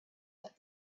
that